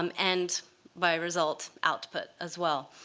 um and by result, output as well,